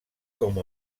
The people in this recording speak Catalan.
com